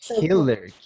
killer